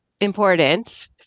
important